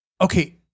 Okay